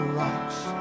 rocks